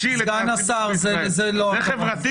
סגן השר זה לא נאמר.